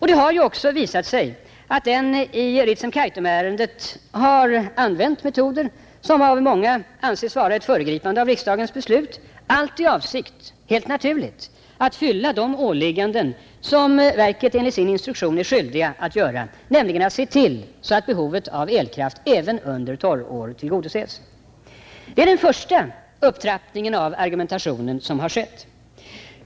Det har också visat sig att man i Ritsemoch Kaitumärendet använt metoder, som av många anses vara ett föregripande av riksdagens beslut, allt i avsikt — helt naturligt — att fylla de åligganden som verket enligt sin instruktion är skyldigt att tillgodose, nämligen se till att behovet av elkraft även under torrår tillgodoses. Det är den första upptrappningen av argumentationen som har skett.